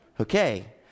Okay